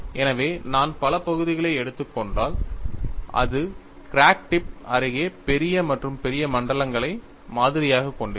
எனவே நான் பல பகுதிகளை எடுத்துக் கொண்டால் அது கிராக் டிப் அருகே பெரிய மற்றும் பெரிய மண்டலங்களை மாதிரியாகக் கொண்டிருக்கும்